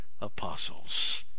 apostles